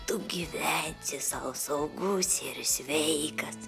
tu gyvensi sau saugus ir sveikas